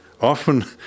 Often